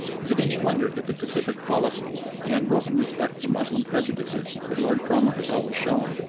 is it any wonder that the pacific policy, the unbroken respect for moslem prejudices that lord cromer has always shown,